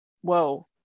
whoa